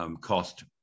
cost